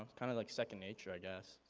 of kind of like second nature, i guess.